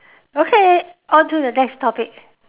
okay on to the next topic